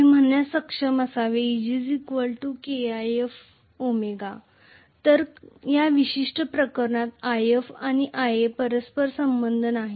मी म्हणण्यास सक्षम असावे Eg KIf ω तर या विशिष्ट प्रकरणात If आणि Ia मध्ये परस्पर संबंध नाही